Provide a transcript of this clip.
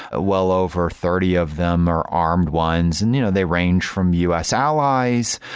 ah well over thirty of them are armed ones and you know they range from us allies,